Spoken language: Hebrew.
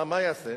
מה יעשה?